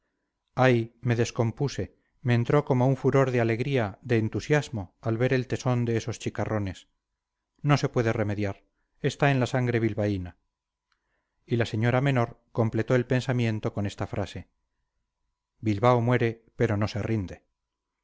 ay me descompuse me entró como un furor de alegría de entusiasmo al ver el tesón de esos chicarrones no se puede remediar está en la sangre bilbaína y la señora menor completó el pensamiento con esta frase bilbao muere pero no se rinde